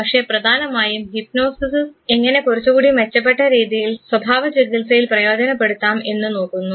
പക്ഷേ പ്രധാനമായും ഹിപ്നോസിസ് എങ്ങനെ കുറച്ചുകൂടി മെച്ചപ്പെട്ട രീതിയിൽ സ്വഭാവ ചികിത്സയിൽ പ്രയോജനപ്പെടുത്താം എന്ന് നോക്കുന്നു